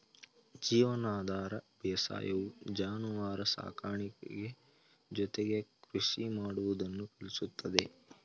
ಜೀವನಾಧಾರ ಬೇಸಾಯವು ಜಾನುವಾರು ಸಾಕಾಣಿಕೆ ಜೊತೆಗೆ ಕೃಷಿ ಮಾಡುವುದನ್ನು ಕಲಿಸುತ್ತದೆ